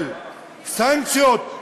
של סנקציות,